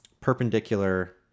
perpendicular